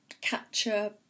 capture